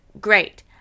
Great